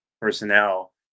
personnel